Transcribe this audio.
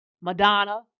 Madonna